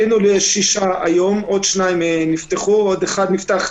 עלינו לשישה היום, עוד שניים נפתחו, עוד אחד נפתח,